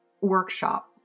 workshop